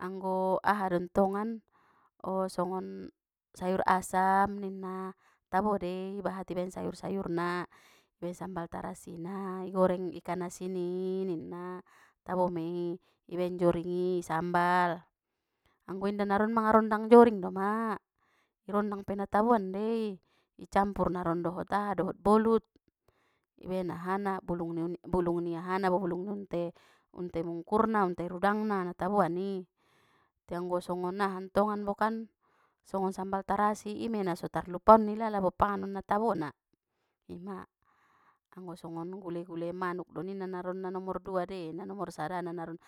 anggo aha don tongan, songon sayur asam ninna, tabo dei bahat ibaen sayur sayurna, i baen sambal tarasina i goreng ikan asin ni ninna, tabo mei ibaen joring i isambal, anggo inda naron mangarondang joring doma, i rondang pe nataboan dei, i campur naron dohot aha dohot bolut, i baen ahana bulung ni unikna bulung ni ahana bulung ni unte unte mungkurna unte rudangna nataboan i, te anggo songon aha tongan bo kan, songon sambal tarasi ima ia naso tarlupaon ialala bo panganon na tabona, ima anggo songon gule gule manuk do ninna naron na nomor dua dei na nomor sadana naron.